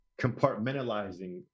compartmentalizing